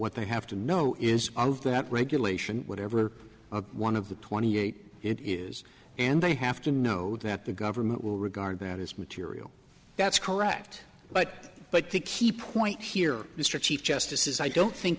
what they have to know is all of that regulation whatever one of the twenty eight it is and they have to know that the government will regard that as material that's correct but but the key point here mr chief justice is i don't think